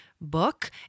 book